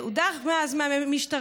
הוא הודח מאז מהמשטרה,